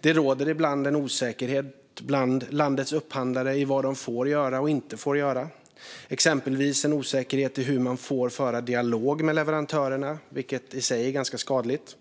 Det råder ibland en osäkerhet bland landets upphandlare om vad de får göra och inte göra, exempelvis en osäkerhet om hur man får föra dialog med leverantörerna, vilket i sig är ganska skadligt.